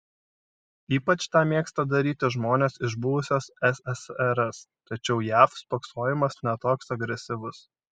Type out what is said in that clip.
ypač tą mėgsta daryti žmonės iš buvusios ssrs tačiau jav spoksojimas ne toks agresyvus